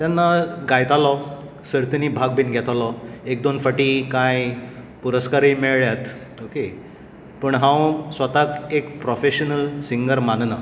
तेन्ना गायतालो सर्तिंनी भाग बी घेतालो एक दोन फाटीं कांय पुरस्कारय मेळ्ळ्यात ओके पूण हांव स्वताक एक प्रोफेशनल सिंगर मानना